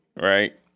right